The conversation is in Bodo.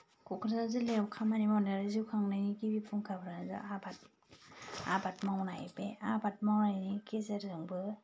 क'क्राझार जिल्लायाव खामानि मावनानै जिउ खांनायनि गिबि फुंखाफ्रानो आबाद आबाद मावनाय बे आबाद मावनायनि गेजेरजोंबो